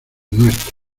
nuestro